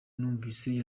numvise